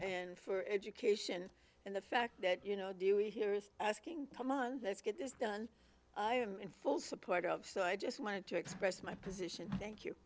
and for education and the fact that you know do you hear is asking come on let's get this done i am in full support of so i just wanted to express my position thank you